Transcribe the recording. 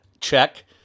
check